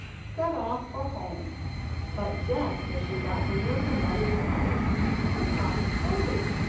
set off for home but just as she got near her mother's house the cock crowed,